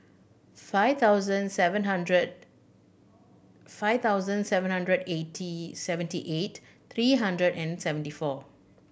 five thousand seven hundred five thousand seven hundred eighty seventy eight three hundred and seventy four